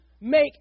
make